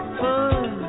fun